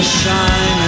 shine